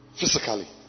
physically